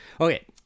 Okay